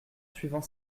suivant